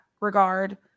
regard